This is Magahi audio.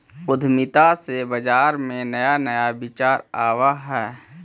उद्यमिता से बाजार में नया नया विचार आवऽ हइ